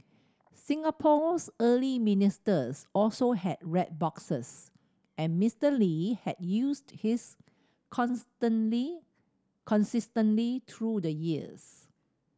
Singapore's early ministers also had red boxes and Mister Lee had used his consistently through the years